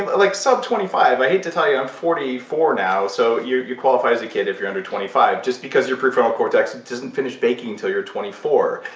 like sub twenty five. i hate to tell you, i'm forty four now, so you you qualify as a kid if you're under twenty five, just because your prefrontal cortex doesn't finish baking til you're twenty four,